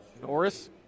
Norris